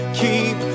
keep